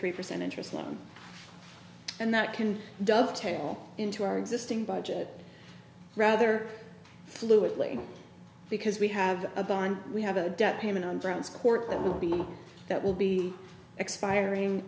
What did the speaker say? three percent interest loan and that can dovetail into our existing budget rather fluently because we have a bond we have a debt payment on brown's court that will be that will be expiring